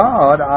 God